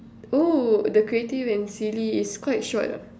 oh the creative and silly is quite short lah